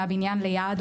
מהבניין ליד,